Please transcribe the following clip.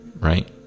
right